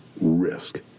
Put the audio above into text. risk